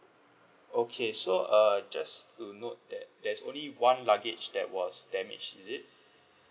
okay so err just to note that there's only one luggage that was damaged is it